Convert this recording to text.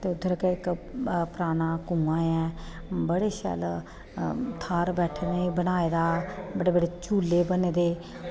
ते उद्धर गै इक पराना कुआं ऐ बड़े शैल थाह्र बैठने गी बनाए दा बड़े बड़े झूले बने दे